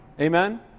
Amen